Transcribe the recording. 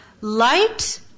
light